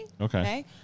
okay